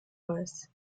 weiß